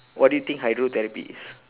what do you think hydrotherapy is